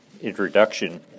introduction